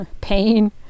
pain